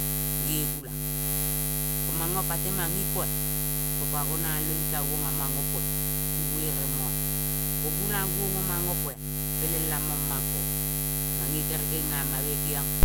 Ge gulang. Ko manga pa temang ipoa. Kopa gonave gitavong amang apoa pi vere moa-a. Ko gulang guong amang opoa. peleng lamang mang kong. Mange kere kenga ma me kengiong